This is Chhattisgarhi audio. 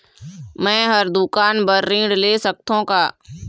मैं हर दुकान बर ऋण ले सकथों का?